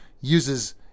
uses